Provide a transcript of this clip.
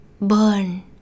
Burn